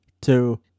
two